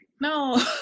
no